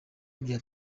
bya